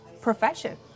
profession